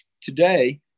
today